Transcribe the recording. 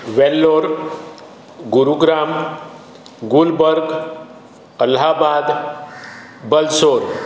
Vellore Gurugram Gulbarga Allahabad Balasore